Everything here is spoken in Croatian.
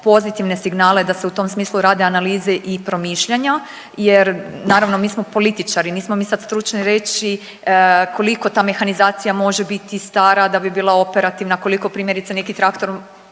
pozitivne signale da se u tom smislu rade analize i promišljanja jer naravno mi smo političari. Nismo mi sad stručni reći koliko ta mehanizacija može biti stara da bi bila operativna, koliko primjerice neki traktor